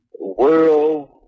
world